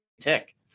tick